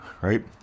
right